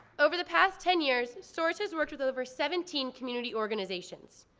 over the past ten years source has worked with over seventeen community organizations.